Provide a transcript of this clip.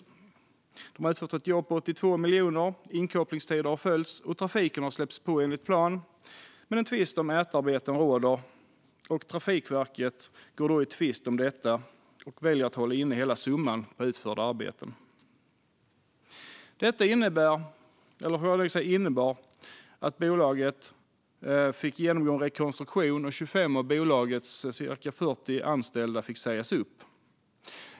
Bolaget har utfört ett jobb för 82 miljoner, inkopplingstider har följts och trafiken har släppts på enligt plan, men en tvist om ÄTA-arbeten råder. Trafikverket gick i tvist om detta och valde att hålla inne hela summan för de utförda arbetena. Detta fick till följd att bolaget fick genomgå en rekonstruktion, och 25 av bolagets cirka 40 anställda fick sägas upp.